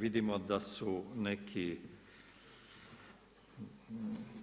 Vidimo da su neki